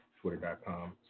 Twitter.com